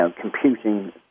computing